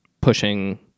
pushing